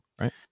right